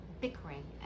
bickering